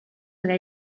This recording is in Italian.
tra